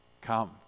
come